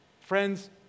Friends